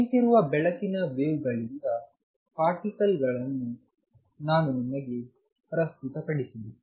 ನಿಂತಿರುವ ಬೆಳಕಿನ ವೇವ್ಗಳಿಂದ ಪಾರ್ಟಿಕಲ್ಗಳನ್ನೂ ನಾನು ನಿಮಗೆ ಪ್ರಸ್ತುತಪಡಿಸಿದೆ